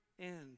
end